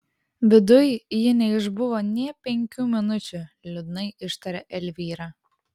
viduj ji neišbuvo nė penkių minučių liūdnai ištarė elvyra